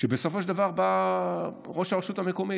שבסופו של דבר בא ראש הרשות המקומית,